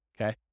okay